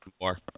more